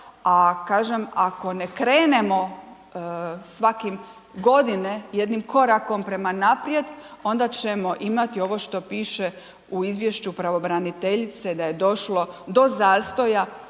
ako ne krenemo svakim godine jednim korakom prema naprijed, onda ćemo imati ovo što piše u izvješću pravobraniteljice da je došlo do zastoja,